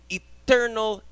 eternal